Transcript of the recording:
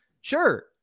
Sure